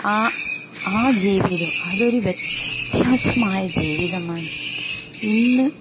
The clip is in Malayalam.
ആ ആ ജീവിതം അതൊരു വ്യത്യാസമായ ജീവിതമാണ് ഇന്ന്